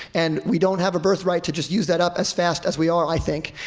and we don't have a birthright to just use that up as fast as we are, i think.